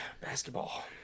basketball